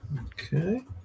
Okay